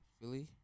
Philly